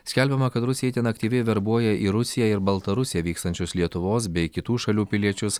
skelbiama kad rusija itin aktyviai verbuoja į rusiją ir baltarusiją vykstančius lietuvos bei kitų šalių piliečius